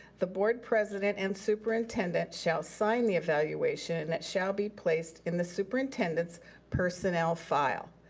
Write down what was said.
the board president and superintendent shall sign the evaluation and it shall be placed in the superintendent's personnel file.